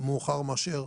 מאוחר מאשר